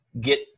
get